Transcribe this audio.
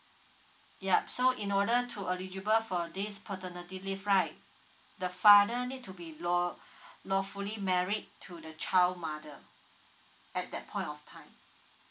yup so in order to eligible for this paternity leave right the father need to be law lawfully married to the child mother at that point of time